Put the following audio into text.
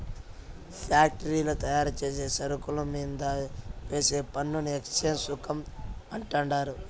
ఫ్యాక్టరీల్ల తయారుచేసే సరుకుల మీంద వేసే పన్నుని ఎక్చేంజ్ సుంకం అంటండారు